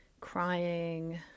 crying